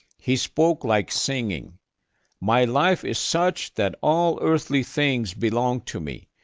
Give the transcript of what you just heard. he spoke like singing my life is such that all earthly things belong to me.